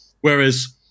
whereas